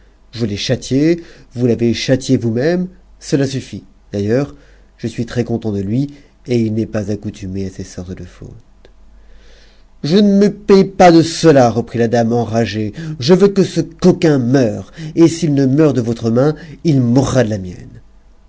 je l'ai châtié vous l'avez châtié vous-même cela suffit d'ailleurs je suis tres conten t de lui et il n'est pas accoutume à ces sortes de fautes je ne me paie pas de cela reprit la dame enragée je veux que ce coquin meure et s'il ne meurt de votre main il mourra de la mienne